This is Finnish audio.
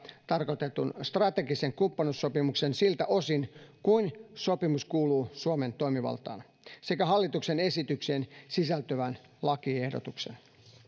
tarkoitetun strategisen kumppanuussopimuksen siltä osin kuin sopimus kuuluu suomen toimivaltaan sekä hallituksen esitykseen sisältyvän lakiehdotuksen